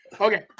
Okay